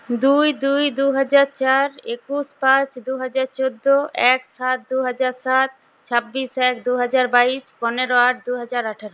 দুই দুই দু হাজার চার একুশ পাঁচ দু হাজার চোদ্দো এক সাত দু হাজার সাত ছাব্বিশ এক দু হাজার বাইশ পনেরো আট দু হাজার আঠেরো